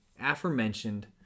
aforementioned